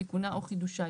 תיקונה או חידושה,